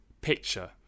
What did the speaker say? Picture